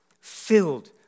filled